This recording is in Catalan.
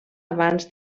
abans